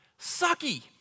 sucky